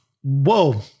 Whoa